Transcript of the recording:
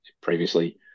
previously